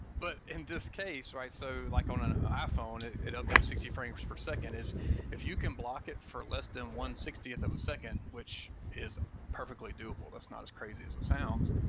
but in this case, right? so like on an iphone, it it updates sixty frames per second. if you can block it for less than one-sixtieth of a second, which is perfectly doable, that's not as crazy as it sounds,